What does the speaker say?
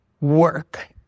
work